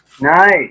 nice